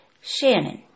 Shannon